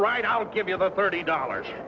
right i'll give you the thirty dollars